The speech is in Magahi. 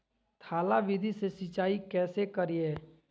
थाला विधि से सिंचाई कैसे करीये?